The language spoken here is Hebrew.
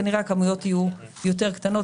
כנראה הכמויות יהיו יותר קטנות.